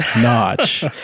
notch